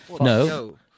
No